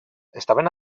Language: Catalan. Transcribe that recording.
estaven